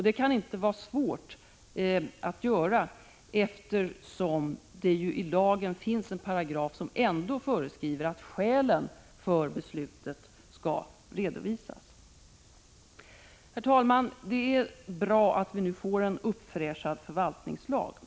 Det kan inte vara svårt att göra en sådan eftersom det i lagen ändå finns en paragraf som föreskriver att skälen för beslutet skall redovisas. Herr talman! Det är bra att vi nu får en uppfräschad förvaltningslag.